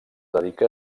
dedica